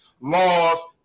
laws